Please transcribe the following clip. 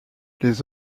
les